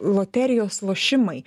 loterijos lošimai